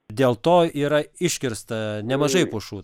dėl to yra iškirsta nemažai pušų